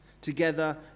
Together